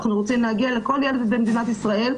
אנחנו רוצים להגיע לכל ילד במדינת ישראל,